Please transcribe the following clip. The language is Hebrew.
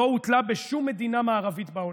לא הוטלה בשום מדינה מערבית בעולם.